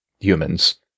humans